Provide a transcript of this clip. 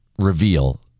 reveal